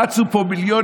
רצו פה מיליונים,